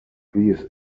these